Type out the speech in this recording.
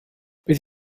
beth